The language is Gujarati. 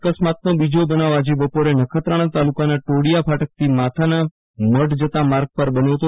અકસ્માતનો બીજો બનાવ આજે બપોરે નખત્રાણા તાલુકાના ટોડયા ફાટકથી માતાના મઢ જતા માર્ગ પર બન્યો હતો